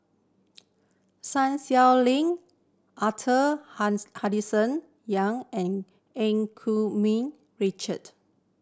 Sun Xueling Arthur Henderson Young and Eu Keng Richard